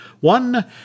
one